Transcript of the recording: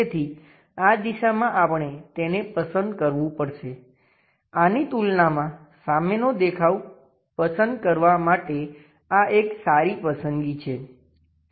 તેથી આ દિશામાં આપણે તેને પસંદ કરવું પડશે આની તુલનામાં સામેનો દેખાવ પસંદ કરવા માટે આ એક સારી પસંદગી છે